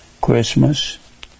Christmas